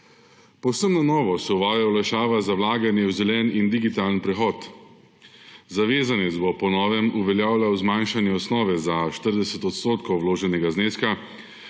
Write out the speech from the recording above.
Povsem na novo se uvaja olajšava za vlaganje v zeleni in digitalni prehod. Zavezanec bo po novem uveljavljal zmanjšanje osnove za 40 % vloženega zneska,